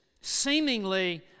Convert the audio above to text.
seemingly